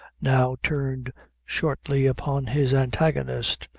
now turned shortly upon his antagonist,